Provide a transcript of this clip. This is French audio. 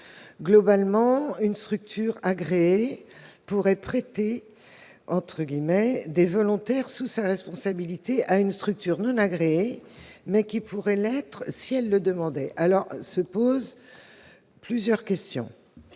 Globalement, une structure agréée pourrait « prêter » des volontaires sous sa responsabilité à une structure non agréée, mais qui pourrait l'être si elle le demandait. Plusieurs questions